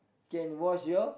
can wash your